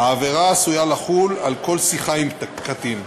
העבירה עשויה לחול על כל שיחה עם קטין.